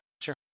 sure